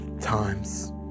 times